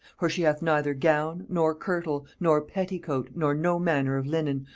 for she hath neither gown, nor kirtle, nor petticoat, nor no manner of linen,